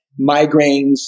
migraines